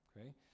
Okay